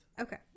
Okay